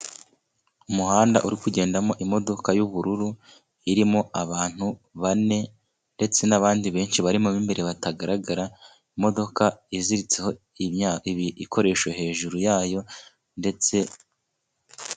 Umuhanda uri kugendamo imodoka y'ubururu irimo abantu bane ndetse n'abandi benshi barimo imbere batagaragara, imodoka iziritseho ibikoresho hejuru yayo ndetse.